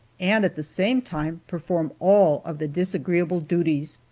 and at the same time perform all of the disagreeable duties.